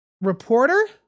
reporter